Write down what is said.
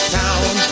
town